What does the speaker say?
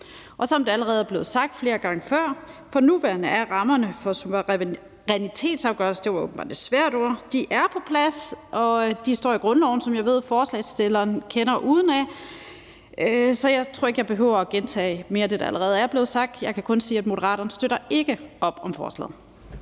Og som det allerede er blevet sagt flere gange før: For nuværende er rammerne for suverænitetsafgivelse på plads, og de står i grundloven, som jeg ved at forslagsstilleren kender udenad. Så jeg tror ikke, at jeg behøver at gentage mere af det, der allerede er blevet sagt. Jeg kan kun sige, at Moderaterne ikke støtter op om forslaget.